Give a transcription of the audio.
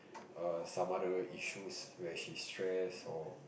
err some other issues where she's stress or